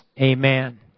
Amen